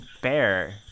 bear